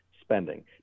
spending